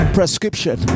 Prescription